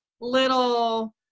little